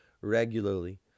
regularly